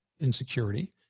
insecurity